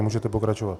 Můžete pokračovat.